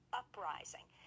uprising